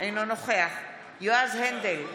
אינו נוכח יועז הנדל,